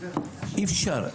אי-אפשר,